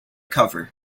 cover